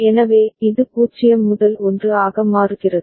எனவே இது 0 முதல் 1 ஆக மாறுகிறது